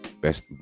best